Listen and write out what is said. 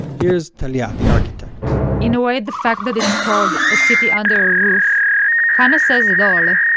here's talia, the architect in a way, the fact that it's called a city under a roof kind of says it all.